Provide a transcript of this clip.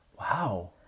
Wow